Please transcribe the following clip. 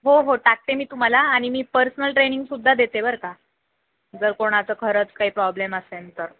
हो हो टाकते मी तुम्हाला आणि मी पर्सनल ट्रेनिंगसुद्धा देते बरं का जर कोणाचं खरंच काही प्रॉब्लेम असेन तर